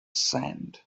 sand